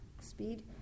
speed